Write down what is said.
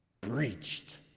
breached